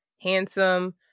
handsome